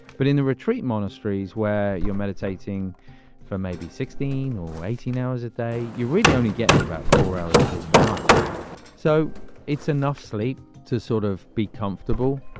but in the retreat, monasteries where you're meditating for maybe sixteen or eighteen hours a day, you're really only getting about four hours sleep a night so it's enough sleep to sort of be comfortable.